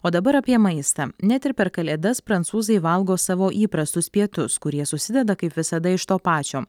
o dabar apie maistą net ir per kalėdas prancūzai valgo savo įprastus pietus kurie susideda kaip visada iš to pačio